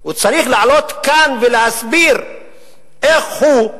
הוא צריך לעלות לכאן ולהסביר איך הוא,